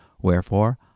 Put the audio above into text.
Wherefore